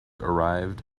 arrived